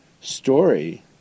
story